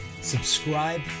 subscribe